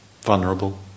vulnerable